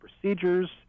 procedures